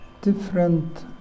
different